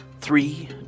Three